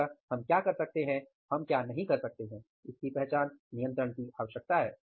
अतः हम क्या कर सकते हैं हम क्या नहीं कर सकते हैं इसकी पहचान नियंत्रण की आवश्यकता है